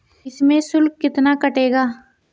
इसमें शुल्क कितना कटेगा?